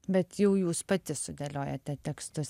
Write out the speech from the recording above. bet jau jūs pati sudėliojate tekstus